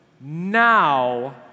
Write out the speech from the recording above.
now